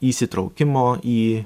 įsitraukimo į